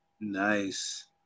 Nice